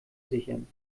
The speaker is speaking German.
sichern